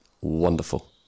wonderful